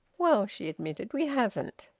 well, she admitted, we haven't.